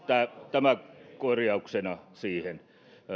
tämä korjauksena siihen